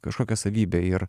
kažkokia savybė ir